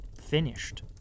finished